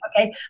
Okay